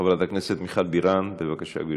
חברת הכנסת מיכל בירן, בבקשה, גברתי.